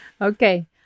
Okay